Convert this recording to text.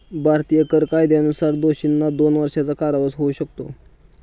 भारतीय कर कायद्यानुसार दोषींना दोन वर्षांचा कारावास होऊ शकतो